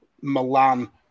Milan